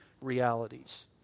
realities